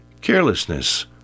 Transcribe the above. carelessness